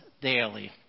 daily